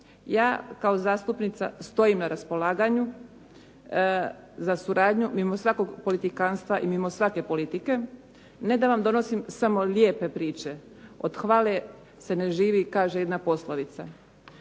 Ja kao zastupnica stojim na raspolaganju za suradnju mimo svakog politikantstva i mimo svake politike. Ne da vam donosim samo lijepe priče, "Od hvale se ne živi." kaže jedna poslovica,